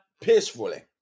peacefully